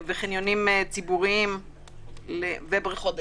וחניונים ציבוריים ובריכות דגים,